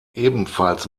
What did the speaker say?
ebenfalls